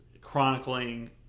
chronicling